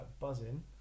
buzzing